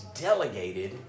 delegated